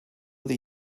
that